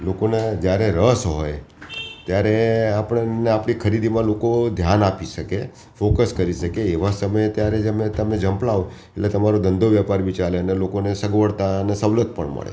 લોકોને જયારે રસ હોય ત્યારે આપણને આપણી ખરીદીમાં લોકો ધ્યાન આપી શકે ફોકસ કરી શકે એવા સમયે ત્યારે જમે તમે ઝંપલાવો એટલે તમારો ધંધો વ્યાપાર બી ચાલે અને લોકોને સગવડતા અને સવલત પણ મળે